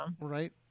Right